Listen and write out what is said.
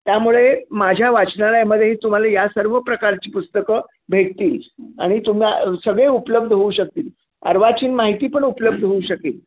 त्यामुळे माझ्या वाचनालयामध्येही तुम्हाला या सर्व प्रकारची पुस्तकं भेटतील आणि तुम्हा सगळे उपलब्ध होऊ शकतील अर्वाचीन माहिती पण उपलब्ध होऊ शकेल